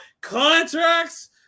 Contracts